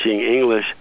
English